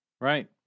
Right